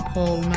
Paul